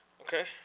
Okay